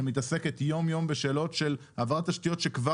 שמתעסקת יום יום בשאלות של העברת תשתיות שכבר